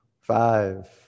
Five